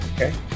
okay